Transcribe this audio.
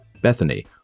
Bethany